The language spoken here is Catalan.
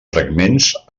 fragments